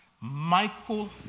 Michael